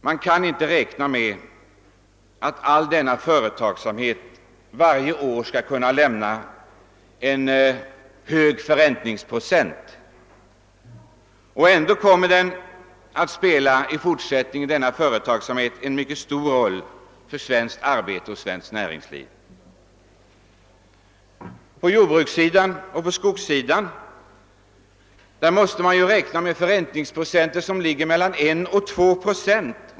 Man kan inte räkna med att all denna företagsamhet varje år skall ge en hög förräntningsprocent, och ändå kommer denna företagsamhet i fortsättningen att spela en mycket stor roll för svenskt arbete och svenskt näringsliv. Inom jordbruksnäringen och skogsnäringen måste företagarna många gånger räkna med en förräntning på mellan 1 och 2 procent.